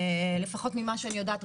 לפחות ממה שאני יודעת,